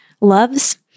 loves